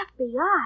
FBI